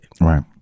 Right